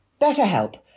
BetterHelp